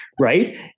Right